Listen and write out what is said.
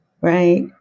right